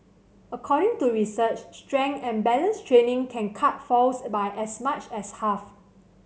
according to research strength and balance training can cut falls by as much as half